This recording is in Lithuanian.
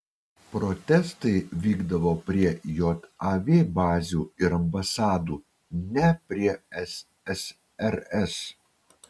protestai vykdavo prie jav bazių ir ambasadų ne prie ssrs